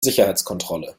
sicherheitskontrolle